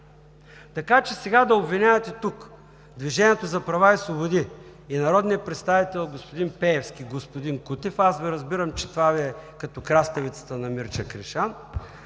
Така че сега да обвинявате тук „Движението за права и свободи“ и народния представител господин Пеевски. Господин Кутев, аз Ви разбирам, че това Ви е като краставицата на Мирча Кришан,